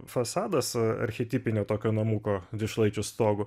fasadas archetipinio tokio namuko dvišlaičiu stogu